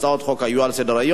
הצעות חוק היו על סדר-היום.